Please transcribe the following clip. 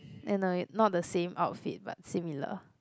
I know it not the same outfit but similar